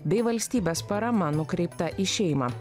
bei valstybės parama nukreipta į šeimą